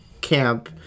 camp